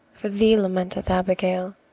for thee lamenteth abigail